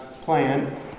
plan